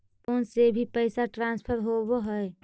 Phone से भी पैसा ट्रांसफर होवहै?